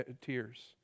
tears